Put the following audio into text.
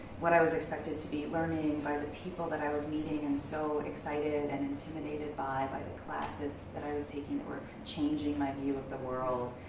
what i was expected to be learning, by the people that i was meeting, and so excited and intimidated by by the classes that i was taking, that were changing my view of the world.